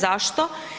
Zašto?